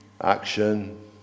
action